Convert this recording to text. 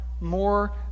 more